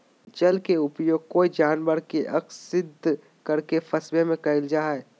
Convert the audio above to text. जल के उपयोग कोय जानवर के अक्स्र्दित करके फंसवे में कयल जा हइ